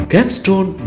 Capstone